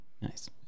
Nice